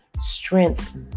strength